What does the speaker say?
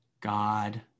God